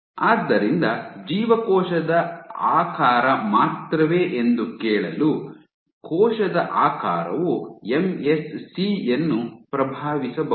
ಆದ್ದರಿಂದ ಜೀವಕೋಶದ ಆಕಾರ ಮಾತ್ರವೇ ಎಂದು ಕೇಳಲು ಕೋಶದ ಆಕಾರವು ಎಂಎಸ್ಸಿ ಯನ್ನು ಪ್ರಭಾವಿಸಬಹುದೇ